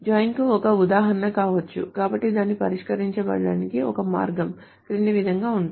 join కు ఒక ఉదాహరణ కావచ్చు కాబట్టి దాన్ని పరిష్కరించడానికి ఒక మార్గం క్రింది విధంగా ఉంటుంది